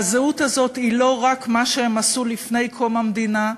והזהות הזאת היא לא רק מה שהם עשו לפני קום המדינה,